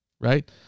Right